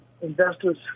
investors